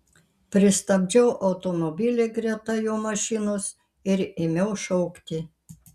pristabdžiau automobilį greta jo mašinos ir ėmiau šaukti